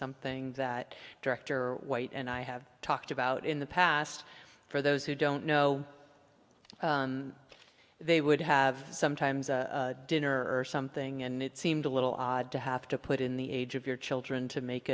something that director white and i have talked about in the past for those who don't know they would have sometimes a dinner or something and it seemed a little odd to have to put in the age of your children to make